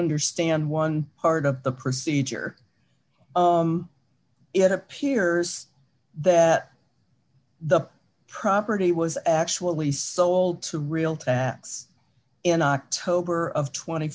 understand one part of the procedure it appears that the property was actually sold to real to us in october of tw